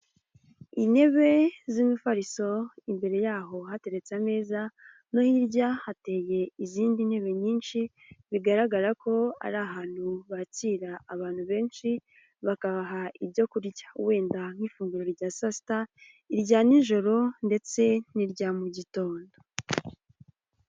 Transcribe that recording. Intebe z'ifariso, imbere yaho hateretse ameza, no hirya hateye izindi ntebe nyinshi, bigaragara ko ari ahantu bakirira abantu benshi. Bakabaha ibyo kurya wenda nk'ifunguro rya saa sita, irya nijoro ndetse n'irya mu gitondo.